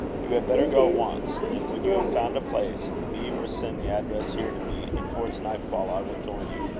you had better go at once and when you have found a place, leave or send the address here to me, and towards night-fall i will join you.